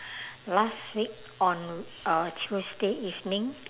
last week on uh tuesday evening